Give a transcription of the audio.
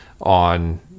on